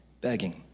Begging